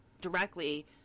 directly